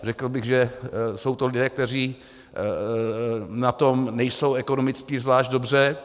Řekl bych, že jsou to lidé, kteří na tom nejsou ekonomicky zvlášť dobře.